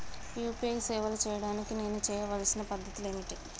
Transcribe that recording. UPI సేవలు చేయడానికి నేను చేయవలసిన పద్ధతులు ఏమిటి?